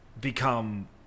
become